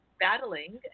battling